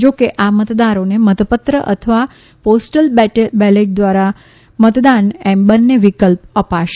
જો કે આ મતદારોને મતપત્ર અથવા પોસ્ટલ બેલેટ ધ્વારા મતદાન એમ બંને વિકલ્પો અપાશે